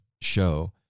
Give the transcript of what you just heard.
show